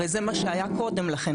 הרי זה מה שהיה קודם לכן,